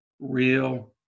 real